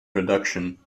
production